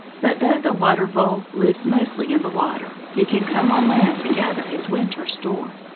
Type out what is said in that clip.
but though the water-vole lives mostly in the water, he can come on land to gather his winter store.